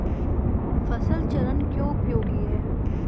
फसल चरण क्यों उपयोगी है?